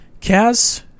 Kaz